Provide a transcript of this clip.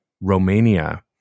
Romania